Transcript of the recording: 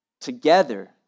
together